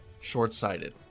short-sighted